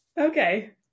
Okay